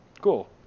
Cool